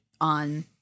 on